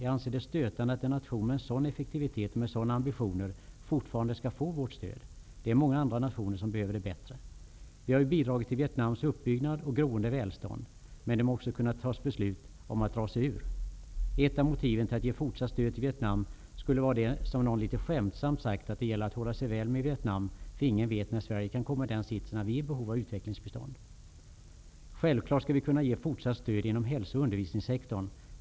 Jag anser det stötande att en nation med en sådan effektivitet och med sådana ambitioner fortfarande skall få vårt stöd. Det är många andra nationer som behöver det bättre. Vi har bidragit till Vietnams uppbyggnad och groende välstånd. Men beslut måste kunna tas om att dra sig ur. Ett av motiven till att ge fortsatt stöd till Vietnam skulle vara, som någon litet skämtsamt har sagt, att det gäller att hålla sig väl med Vietnam, för ingen vet när Sverige kan komma i den sitsen att vi är i behov av utvecklingsbistånd. Sjävklart skall vi kunna ge fortsatt stöd inom hälsooch undervisningssektorn.